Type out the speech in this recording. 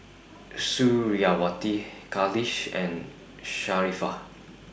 Suriawati Khalish and Sharifah